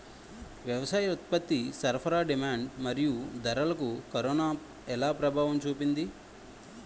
వ్యవసాయ ఉత్పత్తి సరఫరా డిమాండ్ మరియు ధరలకు కరోనా ఎలా ప్రభావం చూపింది